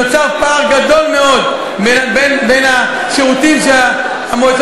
נוצר פער גדול מאוד בין השירותים שהמועצות